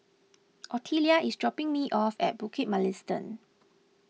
Ottilia is dropping me off at Bukit Mugliston